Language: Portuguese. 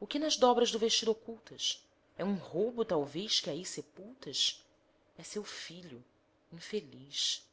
o que nas dobras do vestido ocultas é um roubo talvez que aí sepultas é seu filho infeliz